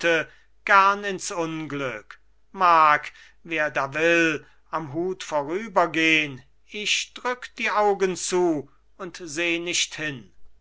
gern ins unglück mag wer da will am hut vorübergehn ich drück die augen zu und seh nicht hin